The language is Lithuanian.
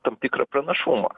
tam tikrą pranašumą